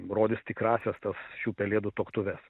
rodys tikrąsias tas šių pelėdų tuoktuves